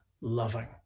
loving